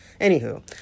Anywho